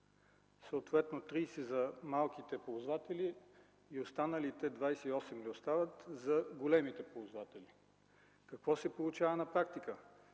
съответно 30 за малките ползватели и останалите 28 за големите ползватели. Какво се получава на практика?